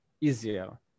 easier